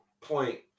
point